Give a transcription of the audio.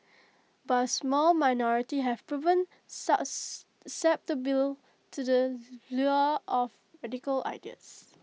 but A small minority have proven susceptible to the lure of radical ideas